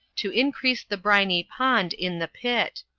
to increase the briny pond in the pit.